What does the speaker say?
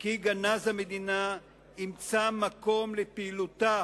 כי גנז המדינה ימצא מקום לפעילותה